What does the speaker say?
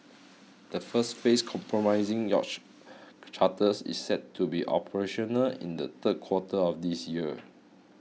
the first phase comprising yacht charters is set to be operational in the third quarter of this year